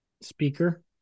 Speaker